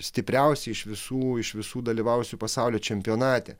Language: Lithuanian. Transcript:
stipriausiai iš visų iš visų dalyvavusių pasaulio čempionate